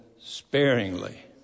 sparingly